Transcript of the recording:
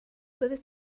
byddet